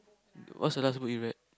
what's the last book you read